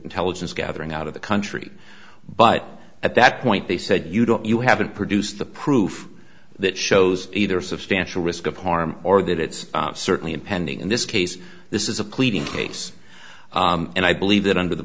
intelligence gathering out of the country but at that point they said you don't you haven't produced the proof that shows either substantial risk of harm or that it's certainly impending in this case this is a pleading case and i believe that under the